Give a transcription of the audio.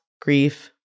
grief